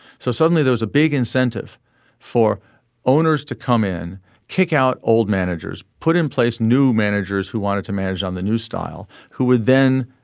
so suddenly there was a big incentive for owners to come in kick out old managers put in place new managers who wanted to manage on the new style who were then